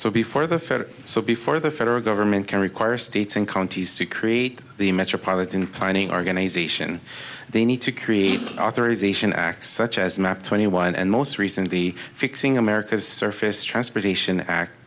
so before the fed or so before the federal government can require states and counties to create the metropolitan planning organization they need to create an authorization act such as map twenty one and most recently fixing america's surface transportation